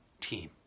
team